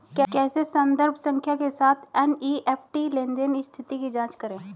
कैसे संदर्भ संख्या के साथ एन.ई.एफ.टी लेनदेन स्थिति की जांच करें?